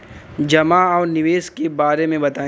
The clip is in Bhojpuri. जमा और निवेश के बारे मे बतायी?